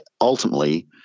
ultimately